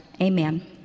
amen